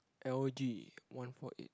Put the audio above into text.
L_G one four eight